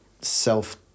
self